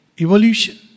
evolution